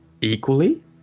equally